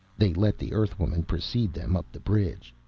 they let the earthwoman precede them up the bridge.